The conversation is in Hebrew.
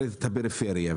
זה נעשה רק בשביל הקמפיין.